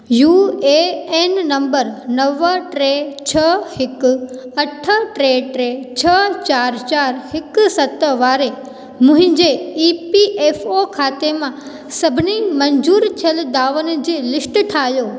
U A N number नव टे छह हिकु अठ टे टे छह चारि चारि हिकु सत वारे मुंहिंजे ई पी एफ ओ खाते मां सभिनी मंज़ूर थियल दावनि जी लिस्ट ठाहियो